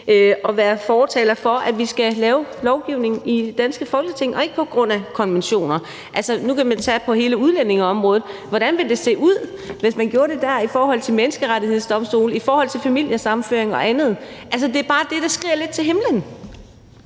at være fortaler for, at vi skal lave lovgivningen i det danske Folketing og ikke på baggrund af konventioner. Nu kan man tage hele udlændingeområdet. Hvordan ville det se ud, hvis man gjorde det der, i forhold til Menneskerettighedsdomstolen, i forhold til familiesammenføring og andet? Altså, det er bare det, der skriger lidt til himlen.